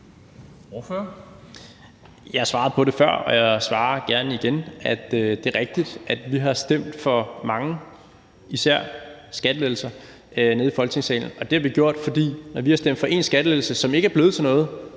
Jeg svarede på det før, og jeg svarer gerne igen. Det er rigtigt, at vi har stemt for mange skattelettelser her i Folketingssalen. Det har vi gjort, for når vi har stemt for en skattelettelse, der ikke er blevet til noget,